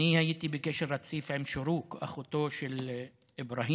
הייתי בקשר רציף עם שורוק, אחותו של אבראהים,